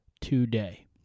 today